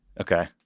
Okay